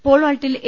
പോൾവാൾട്ടിൽ A